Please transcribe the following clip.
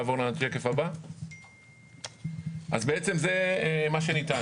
בעצם זה מה שניתן,